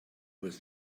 with